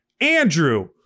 Andrew